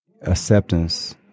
acceptance